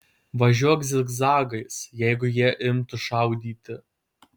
važiuok zigzagais jeigu jie imtų šaudyti